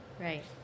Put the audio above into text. right